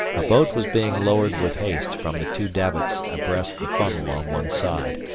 a boat was being lowered with haste from the two davits abreast the funnel on one side,